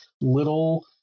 little